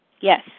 Yes